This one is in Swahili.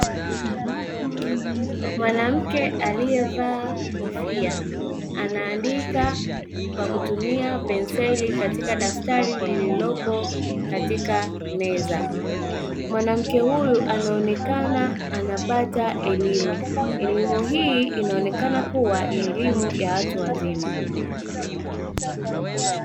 Mwanamke aliyevaa kofia anaandika kwa kutumia penseli katika daftari lililopo katika meza. Mwanamke huyu anaonekana anapata elimu, elimu hii inaokana kuwa ni elimu ya watu wazima.